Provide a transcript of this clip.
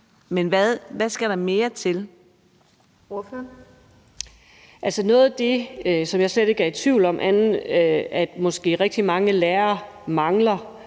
Anni Matthiesen (V): Noget af det, som jeg slet ikke er i tvivl om at rigtig mange lærere mangler